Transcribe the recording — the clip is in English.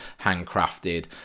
handcrafted